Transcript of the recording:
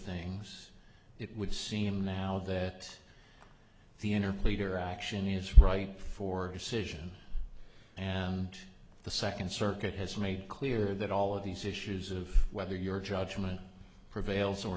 things it would seem now that the inner pleader action is right for decision and the second circuit has made clear that all of these issues of whether your judgment prevails or